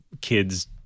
kids